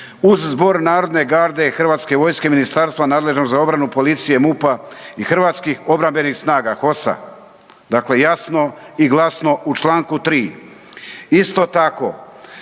vojske ministarstva nadležnog za obranu, policije MUP-a i Hrvatskih obrambenih snaga, HOS-a. Dakle, jasno i glasno u članku 3. Isto tako,